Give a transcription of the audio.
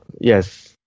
yes